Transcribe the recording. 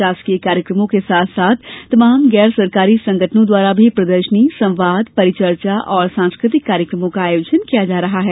शासकीय कार्यक्रमों के साथ साथ तमाम गैरसरकारी संगठनों द्वारा भी प्रदर्शनी संवाद परिचर्चा और सांस्कृतिक कार्यक्रमों का आयोजन किया जा रहा है